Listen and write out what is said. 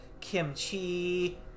kimchi